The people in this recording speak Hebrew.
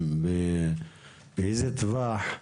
באיזה טווח.